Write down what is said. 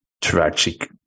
tragic